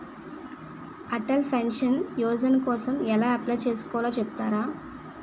Atal pension Yojana కోసం ఎలా apply చేసుకోవాలో చెపుతారా?